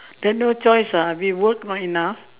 then no choice ah we work not enough